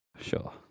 Sure